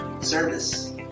service